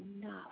enough